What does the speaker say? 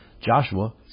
Joshua